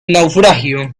naufragio